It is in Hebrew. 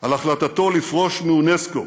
על החלטתו לפרוש מאונסק"ו.